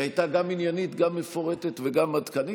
היא הייתה גם עניינית, גם מפורטת וגם עדכנית.